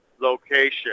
location